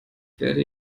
werde